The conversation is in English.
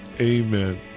Amen